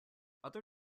other